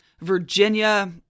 Virginia